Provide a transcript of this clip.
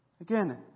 Again